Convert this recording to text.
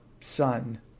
son